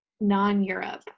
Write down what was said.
Non-Europe